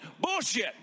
Bullshit